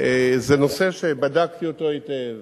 זה נושא שבדקתי אותו היטב,